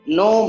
no